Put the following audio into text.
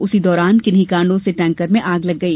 उसी दौरान किन्हीं कारणों से टैंकर में आग लग गई